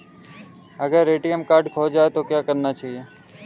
अगर ATM card खो जाए तो क्या करना चाहिए?